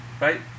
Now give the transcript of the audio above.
Right